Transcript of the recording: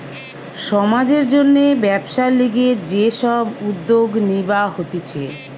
সমাজের জন্যে ব্যবসার লিগে যে সব উদ্যোগ নিবা হতিছে